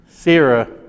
Sarah